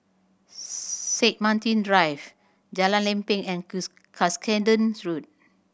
Saint Martin Drive Jalan Lempeng and Cuscaden Road